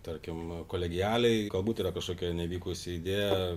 tarkim kolegialiai galbūt yra kažkokia nevykusi idėja